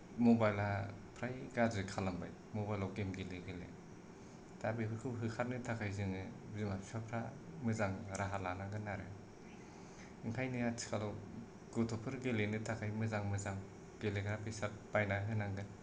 मबाइला फ्राय गाज्रि खालामबाय मबाइलाव गेम गेले गेले दा बेफोरखौ होखारनो थाखाय जोङो बिमा बिफाफ्रा मोजां राहा लानांगोन आरो ओंखायनो आथिखालाव गथ'फोर गेलेनो थाखाय मोजां मोजां गेलेग्रा बेसाद बायना होनांगोन